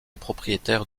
propriétaire